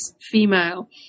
female